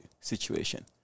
situation